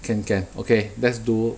can can okay let's do